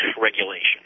regulation